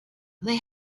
they